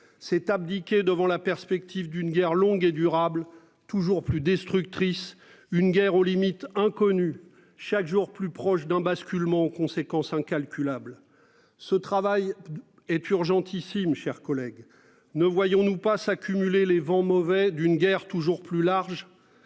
c'est abdiquer devant la perspective d'une guerre longue et durable toujours plus destructrices une guerre aux limites inconnues chaque jour plus proche d'un basculement aux conséquences incalculables. Ce travail est urgentissime chers collègues ne voyons-nous pas s'accumuler les vents mauvais d'une guerre toujours plus large.